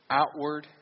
outward